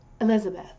Elizabeth